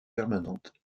permanentes